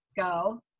go